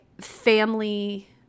family